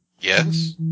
yes